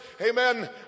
amen